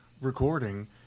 recording